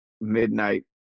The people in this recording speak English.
midnight